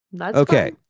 Okay